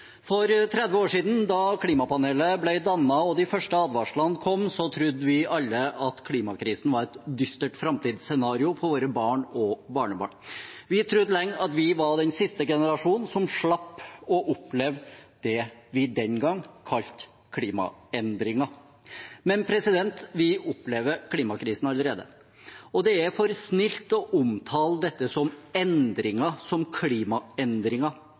For 30 år siden, da klimapanelet ble dannet og de første advarslene kom, trodde vi alle at klimakrisen var et dystert framtidsscenario for våre barn og barnebarn. Vi trodde lenge at vi var den siste generasjonen som slapp å oppleve det vi den gang kalte klimaendringer. Men vi opplever klimakrisen allerede. Og det er for snilt å omtale dette som endringer, som klimaendringer.